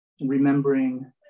remembering